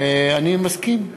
אני מסכים.